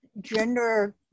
Gender